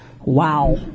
wow